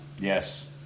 Yes